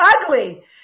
ugly